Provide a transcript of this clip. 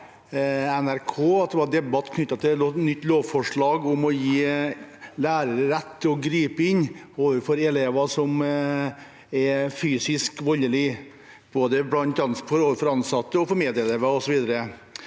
NRK at det var debatt om nytt lovforslag om å gi lærere rett til å gripe inn overfor elever som er fysisk voldelige overfor både ansatte, medelever